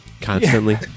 constantly